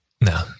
No